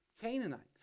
Canaanites